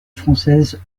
française